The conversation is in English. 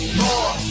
more